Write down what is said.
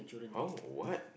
how what